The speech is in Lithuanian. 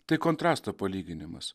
tai kontrasto palyginimas